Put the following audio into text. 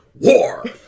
War